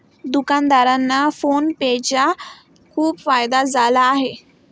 दुकानदारांना PhonePe चा खूप फायदा झाला आहे